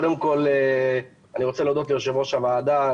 אני רוצה להודות ליושב ראש ועדת